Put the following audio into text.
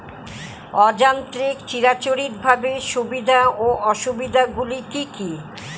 অযান্ত্রিক চিরাচরিতভাবে সুবিধা ও অসুবিধা গুলি কি কি?